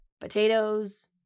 potatoes